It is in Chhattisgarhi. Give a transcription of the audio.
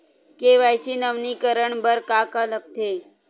के.वाई.सी नवीनीकरण बर का का लगथे?